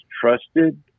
trusted